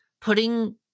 putting